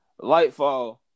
Lightfall